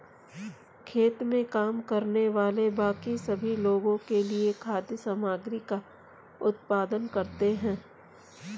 खेत में काम करने वाले बाकी सभी लोगों के लिए खाद्य सामग्री का उत्पादन करते हैं